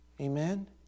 Amen